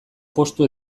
postu